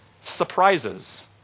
surprises